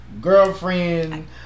girlfriend